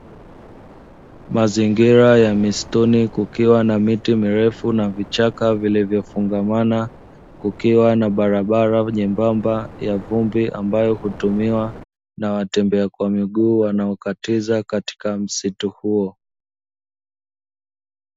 Mazingira ya mistuni kukiwa na miti mirefu na vichaka vilivyofungamana kukiwa na barabara nyembamba ya vumbi ambayo hutumiwa na watembea kwa miguu wanaokatiza katika msitu huo.